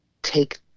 take